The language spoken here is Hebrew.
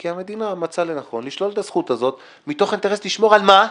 כי המדינה מצאה לנכון לשלול את הזכות הזאת מתוך אינטרס לשמור על מה?